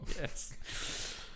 Yes